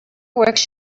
works